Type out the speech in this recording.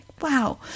Wow